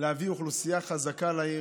להביא אוכלוסייה חזקה לעיר,